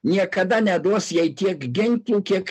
niekada neduos jai tiek ginklų kiek